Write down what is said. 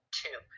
two